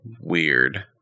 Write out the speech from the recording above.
Weird